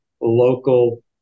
local